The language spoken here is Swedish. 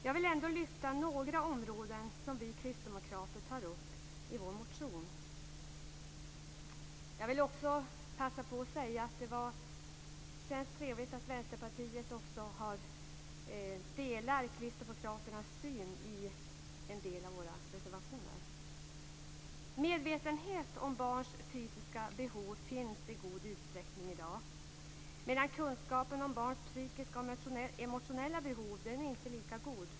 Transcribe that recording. Jag vill ändå lyfta fram några områden som vi kristdemokrater tar upp i vår motion. Jag vill också passa på att säga att det känns trevligt att Vänsterpartiet också delar Kristdemokraternas syn i en del av våra reservationer. Medvetenhet om barns fysiska behov finns i god utsträckning i dag, medan kunskapen om barns psykiska och emotionella behov inte är lika god.